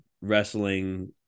wrestling